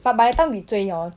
but by the time we 追 hor